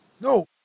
No